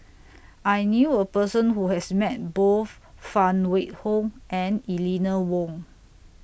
I knew A Person Who has Met Both Phan Wait Hong and Eleanor Wong